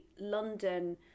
London